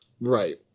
Right